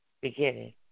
beginning